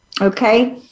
okay